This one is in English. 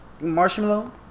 Marshmallow